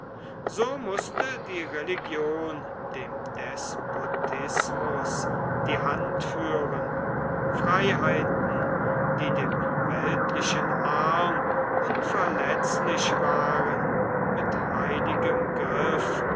so mußte die religion dem despotismus die hand führen freiheiten die dem weltlichen arm unverletzlich waren mit heiligem